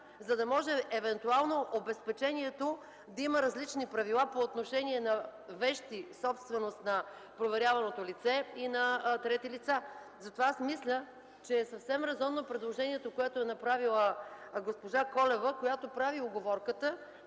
за да може евентуално обезпечението да има различни правила по отношение на вещи – собственост на проверяваното лице, и на трети лица. Затова аз мисля, че е съвсем резонно предложението, което е направила госпожа Колева, която прави уговорката,